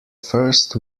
first